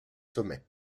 sommets